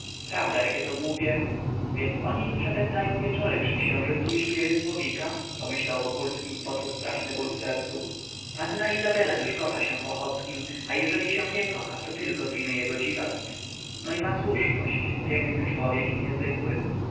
prawda jakie to głupie więc oni tu przepędzają wieczory przy księżycu i śpiewie słowika pomyślał wokulski i poczuł straszny ból w sercu panna izabela już kocha się w ochockim a jeżeli się nie kocha to tylko z winy jego dziwactw no i ma słuszność piękny człowiek i niezwykły